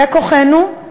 זה כוחנו,